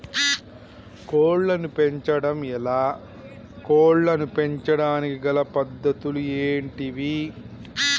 కోళ్లను పెంచడం ఎలా, కోళ్లను పెంచడానికి గల పద్ధతులు ఏంటివి?